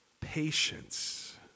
patience